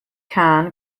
kahn